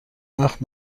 وقت